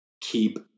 keep